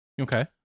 Okay